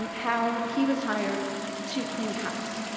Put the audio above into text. um how he was hired to clean house,